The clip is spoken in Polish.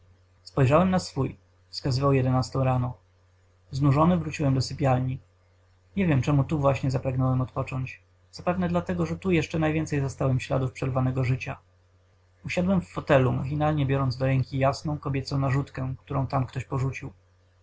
spojrzałem na swój wskazywał jedenastą rano znużony wróciłem do sypialni nie wiem czemu tu właśnie zapragnąłem odpocząć zapewne dlatego że tu jeszcze najwięcej zastałem śladów przerwanego życia usiadłem w fotelu machinalnie biorąc do ręki jasną kobiecą narzutkę którą tam ktoś porzucił